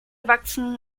wachsen